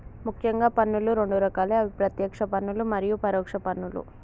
ముఖ్యంగా పన్నులు రెండు రకాలే అవి ప్రత్యేక్ష పన్నులు మరియు పరోక్ష పన్నులు